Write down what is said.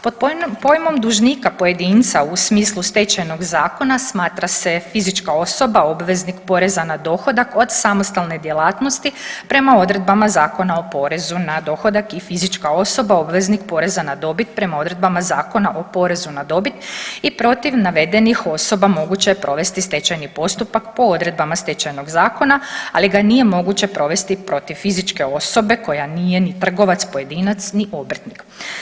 Pod pojmom dužnika pojedinca u smislu Stečajnog zakona smatra se fizička osoba obveznik poreza na dohodak od samostalne djelatnosti prema odredbama Zakona o porezu na dohodak i fizička osoba obvezni, poreza na dobit prema odredbama Zakona o porezu na dobit i protiv navedenih osoba moguće je provesti stečajni postupak po odredbama stečajnog zakona, ali ga nije moguće provesti protiv fizičke osobe koja nije ni trgovac pojedinac, ni obrtnik.